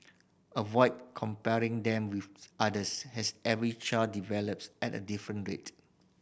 avoid comparing them with others as every child develops at a different rate